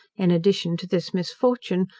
in addition to this misfortune,